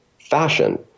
fashion